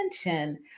attention